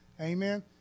Amen